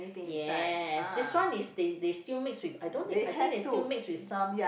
yes this one is they they still mix with I don't think I think they still mix with some